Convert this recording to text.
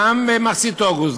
גם במחצית אוגוסט,